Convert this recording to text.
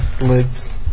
lids